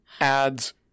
adds